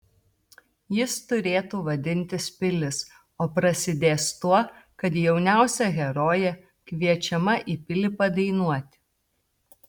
jis turėtų vadintis pilis o prasidės tuo kad jauniausia herojė kviečiama į pilį padainuoti